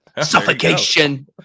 Suffocation